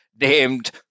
named